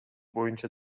боюнча